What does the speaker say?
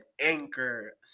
anchor